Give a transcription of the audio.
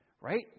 right